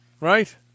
Right